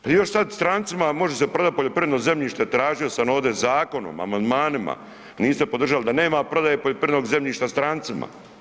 Pa evo sad strancima može se prodat poljoprivredno zemljište, tražio sam ovdje zakonom, amandmanima, niste podržali, da nema prodaje poljoprivrednog zemljišta strancima.